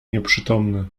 nieprzytomny